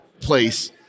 place